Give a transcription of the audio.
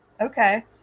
Okay